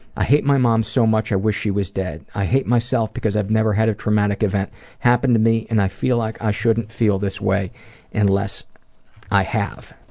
i hate my mom so much, i wish she was dead. i hate myself because i've never had a traumatic event happen to me and i feel like i shouldn't feel this way unless i have.